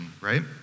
right